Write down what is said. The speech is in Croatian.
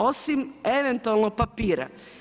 Osim eventualno papira.